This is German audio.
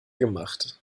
gemacht